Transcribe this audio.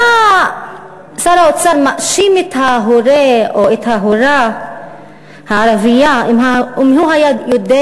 היה שר האוצר מאשים את ההורֶה או את ההורָה הערבייה לו היה יודע